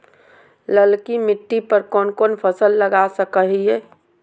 ललकी मिट्टी पर कोन कोन फसल लगा सकय हियय?